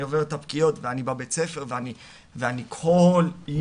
אני עובר את הפגיעות ואני בבית הספר ואני כל יום,